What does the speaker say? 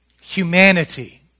Humanity